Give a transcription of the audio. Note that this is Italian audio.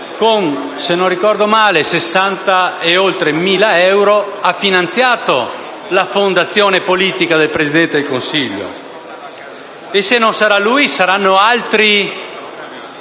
- se non ricordo male - con oltre 60.000 euro ha finanziato la fondazione politica del Presidente del Consiglio. E se non sarà lui saranno altri